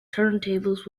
turntables